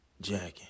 Jacking